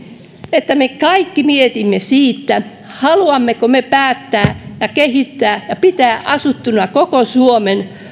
että me kaikki mietimme sitä haluammeko me kehittää ja pitää asuttuna koko suomen